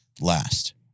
last